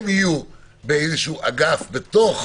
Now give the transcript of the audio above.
הם יהיו באגף בתוך